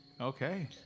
Okay